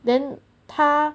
then 他